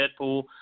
Deadpool